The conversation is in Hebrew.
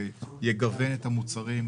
יגוון את המוצרים,